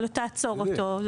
יכול להיות שתעצור אותו.